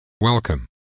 Welcome